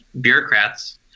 bureaucrats